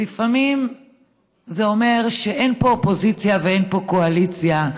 לפעמים זה אומר שאין פה אופוזיציה ואין פה קואליציה,